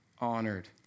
Honored